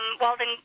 Walden